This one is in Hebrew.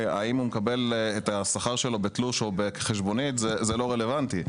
האם הוא מקבל את השכר שלו בתלוש או בחשבונית זה לא רלוונטי.